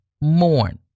mourn